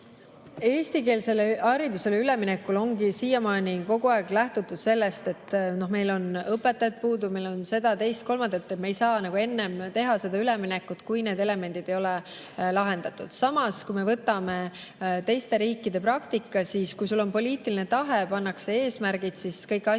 Eestikeelsele haridusele üleminekul ongi siiamaani kogu aeg lähtutud sellest, et meil on õpetajaid puudu, meil on seda, teist ja kolmandat. Me ei saa enne teha seda üleminekut, kui need elemendid ei ole lahendatud. Samas, kui me võtame teiste riikide praktika, kui sul on poliitiline tahe, pannakse eesmärgid, siis kõik asjad